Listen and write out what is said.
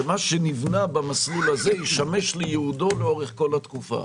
שמה שנבנה במסלול הזה ישמש לייעודו לאורך כל התקופה.